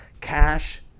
cash